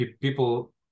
people